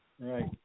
Right